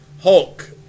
Hulk